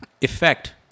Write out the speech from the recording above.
effect